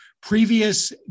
previous